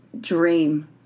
dream